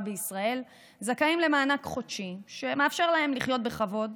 בישראל זכאים למענק חודשי שמאפשר להם לחיות בכבוד,